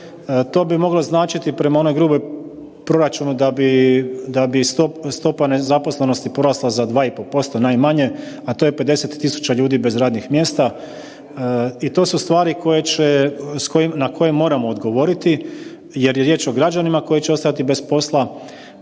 to bi moglo značiti prema onoj gruboj, proračunu da bi stopa nezaposlenosti za 2,5% najmanje a to je 50.000 ljudi bez radnih mjesta i to su stvari koje će, na koje moramo odgovoriti jer je riječ o građanima koji će ostajati bez posla,